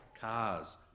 cars